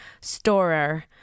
Storer